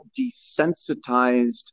desensitized